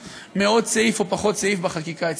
מעוד סעיף או פחות סעיף בחקיקה אצלנו.